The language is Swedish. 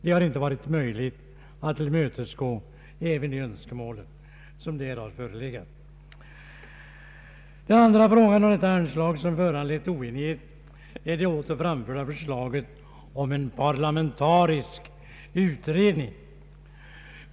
Det har inte varit möjligt att tillmötesgå även de önskemål som där har förelegat. Den andra frågan som föranlett oenighet gäller det åter framförda förslaget om en parlamentarisk utredning.